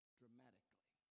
dramatically